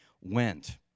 went